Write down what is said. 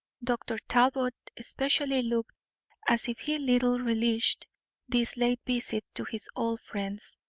dr. talbot especially looked as if he little relished this late visit to his old friends,